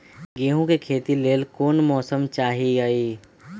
गेंहू के खेती के लेल कोन मौसम चाही अई?